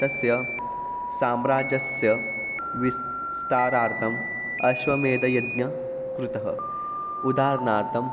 तस्य साम्राज्यस्य विस्तारार्थम् अश्वमेधयज्ञं कृतः उदाहरणार्थं